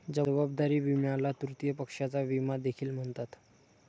जबाबदारी विम्याला तृतीय पक्षाचा विमा देखील म्हणतात